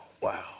wow